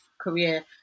career